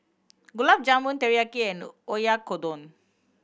Gulab Jamun Teriyaki and Oyakodon